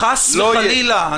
חס וחלילה.